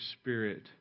Spirit